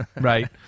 Right